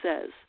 says